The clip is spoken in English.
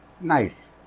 Nice